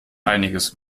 einiges